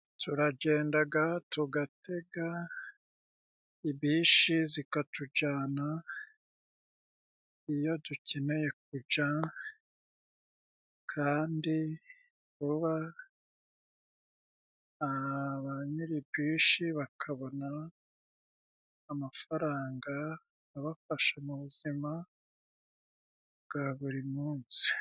Turagendaga tugatega ibishi zikatujana, iyo dukeneye guca kandi vuba. Ba nyir'ibishi bakabona amafaranga abafasha mu buzima bwa buri munsi.